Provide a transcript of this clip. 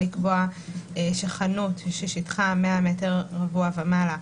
לקבוע שחנות ששטחה 100 מטרים רבועים ומעלה,